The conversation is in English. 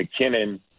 McKinnon